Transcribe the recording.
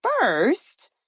first